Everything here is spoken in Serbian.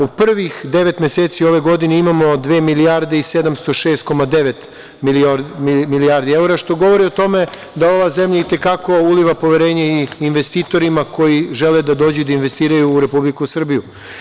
U prvih devet meseci ove godine imamo dve milijarde i 706,9 milijardi evra, što govori o tome da ova zemlja i te kako uliva poverenje investitorima koji žele da dođu i investiraju u Republiku Srbiju.